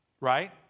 right